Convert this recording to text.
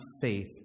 faith